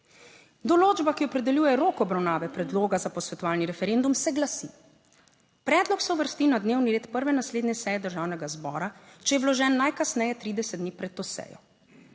Določba, ki opredeljuje rok obravnave predloga za posvetovalni referendum se glasi: "Predlog se uvrsti na dnevni red prve naslednje seje državnega zbora, če je vložen, najkasneje 30 dni pred to sejo."